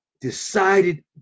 decided